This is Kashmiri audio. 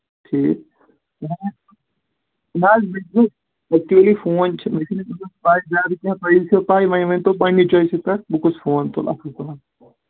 ٹھیٖک نہ حظ مےٚ ایکچُؤلی فون چھُ مےٚ چھُنہٕ پاے زیادٕ کیٚنٛہہ تۄہہِ آسیو پَے وۅنۍ ؤنۍ تو پنٕنہِ چویسہِ پٮ۪ٹھ بہٕ کُس فون تُل اَصٕل پٲٹھۍ